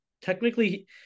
technically